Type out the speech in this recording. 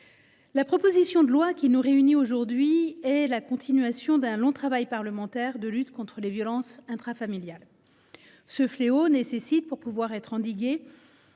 La proposition de loi qui nous réunit aujourd’hui est la continuation d’un long travail parlementaire de lutte contre les violences intrafamiliales. Ce fléau nécessite, pour pouvoir être endigué,